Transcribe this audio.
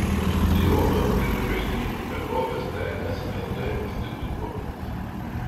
tai rodo auditorijos tyrimų bendrovės tns lt paskelbti duomenys